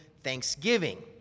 thanksgiving